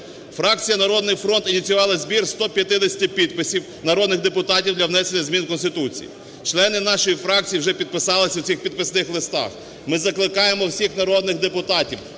Фракція "Народний фронт" ініціювала збір 150 підписів народних депутатів для внесення змін в Конституцію. Члени нашої фракції вже підписалися у цих підписних листах, ми закликаємо всіх народних депутатів,